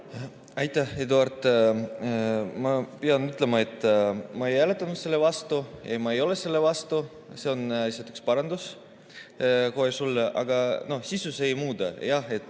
Aitäh, Eduard! Ma pean ütlema, et ma ei hääletanud selle vastu ja ma ei ole selle vastu. See on lihtsalt üks parandus sulle, aga noh, sisu see ei muuda. Probleem